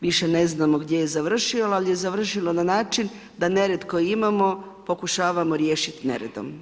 Više ne znamo gdje je završilo, ali je završilo na način da nered koji imamo pokušavamo riješiti neredom.